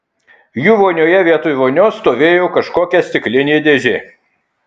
jų vonioje vietoj vonios stovėjo kažkokia stiklinė dėžė